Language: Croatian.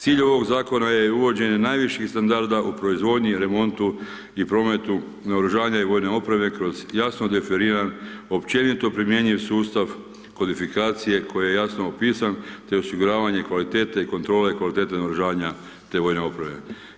Cilj ovog zakona je uvođenje najviših standarda u proizvodnji i remontu i prometu naoružanja i vojne opreme kroz jasno referiran općenito promjenjiv sustav kodifikacije, koji je jasno opisan te osiguranje kvalitete i kontrole, kvalitete naoružavanje vojne opreme.